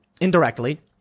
indirectly